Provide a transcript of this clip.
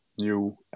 new